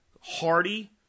Hardy